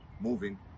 moving